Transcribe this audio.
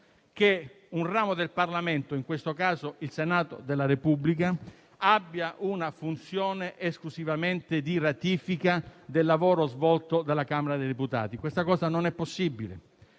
che un ramo del Parlamento - in questo caso, il Senato della Repubblica - abbia una funzione esclusivamente di ratifica del lavoro svolto dalla Camera dei deputati. Questa cosa non è possibile.